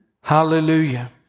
Hallelujah